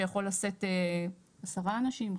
שיכול לשאת 10 אנשים,